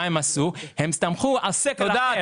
הם הסתמכו על סקר אחר.